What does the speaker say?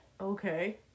Okay